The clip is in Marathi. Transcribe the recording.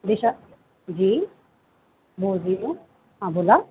दिशा जी बोलते आहे हां बोला